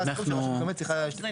מה הסכום שהרשות המקומית צריכה --- אני